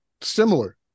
similar